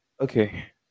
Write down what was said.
Okay